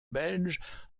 belge